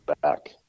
back